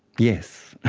yes,